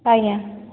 ଆଜ୍ଞା